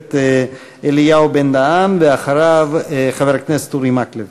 הכנסת אלי בן-דהן, ואחריו, חבר הכנסת אורי מקלב.